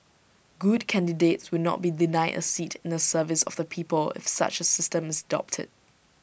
good candidates would not be denied A seat in the service of the people if such A system is adopted